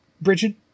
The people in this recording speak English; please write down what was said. Bridget